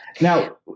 Now